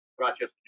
Rochester